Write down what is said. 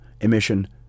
emission